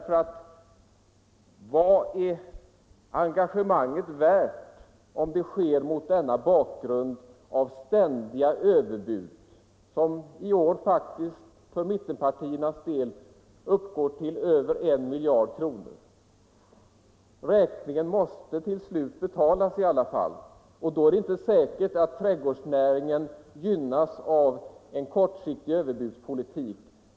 För vad är engagemanget värt om det sker mot bakgrunden av ständiga överbud, som i år faktiskt för mittenpartiernas del uppgår till över en miljard kronor? Räkningen måste till slut betalas, och då är det inte säkert att trädgårdsnäringen gynnas av en kortsiktig överbudspolitik.